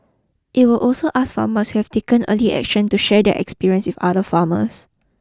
it will also ask farmers who have taken early action to share their experience with other farmers